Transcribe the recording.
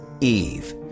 Eve